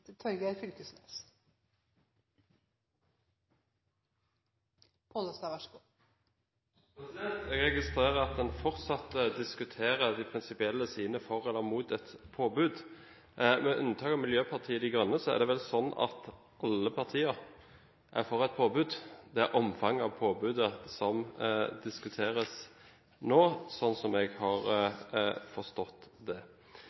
Jeg registrerer at en fortsatt diskuterer de prinsipielle sidene for eller mot et påbud. Med unntak av Miljøpartiet De Grønne er vel alle partier for et påbud. Det er omfanget av påbudet som diskuteres nå, slik jeg har forstått det.